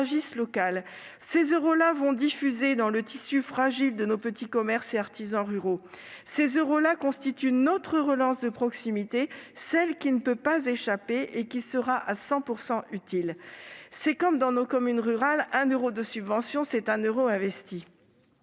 local. Ces euros-là diffuseront dans le tissu fragile de nos petits commerces et artisans ruraux. Ces euros-là constituent notre relance de proximité, celle qui ne peut pas s'échapper et qui sera à 100 % utile, de même que, dans nos communes rurales, un euro de subvention est un euro investi.